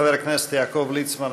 חבר הכנסת יעקב ליצמן,